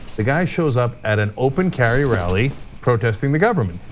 the guy shows up at an open carry rally protesting the government,